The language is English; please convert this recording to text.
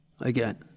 again